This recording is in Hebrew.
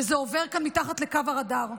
וזה עובר כאן מתחת לקו הרדאר.